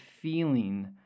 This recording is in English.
feeling